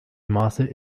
maße